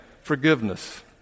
Forgiveness